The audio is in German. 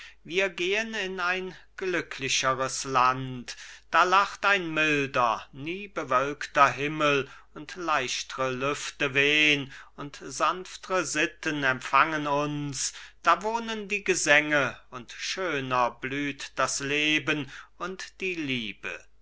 wir gehen in ein glücklicheres land da lacht ein milder niebewölkter himmel und leichtre lüfte wehn und sanftre sitten empfangen uns da wohnen die gesänge und schöner blüht das leben und die liebe